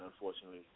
unfortunately